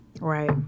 Right